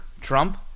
Trump